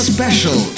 Special